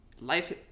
life